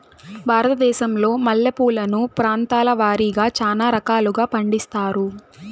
భారతదేశంలో మల్లె పూలను ప్రాంతాల వారిగా చానా రకాలను పండిస్తారు